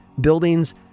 buildings